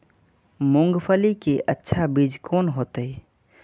मूंगफली के अच्छा बीज कोन होते?